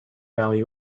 value